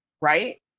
right